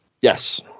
yes